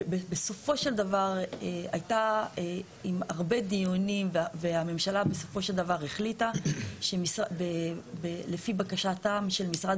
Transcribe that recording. בסופו של דבר עם הרבה דיונים הממשלה החליטה לפי בקשתם של משרד